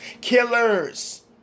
Killers